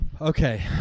Okay